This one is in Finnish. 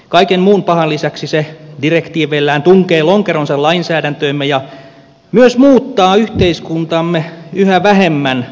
kaiken muun pahan lisäksi se direktiiveillään tunkee lonkeronsa lainsäädäntöömme ja myös muuttaa yhteiskuntaamme yhä vähemmän suomalaiseksi